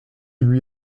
lui